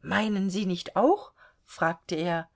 meinen sie nicht auch fragte er